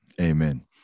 Amen